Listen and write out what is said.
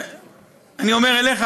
אני אומר לך,